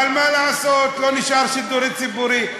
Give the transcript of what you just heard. אבל מה לעשות, לא נשאר שידור ציבורי.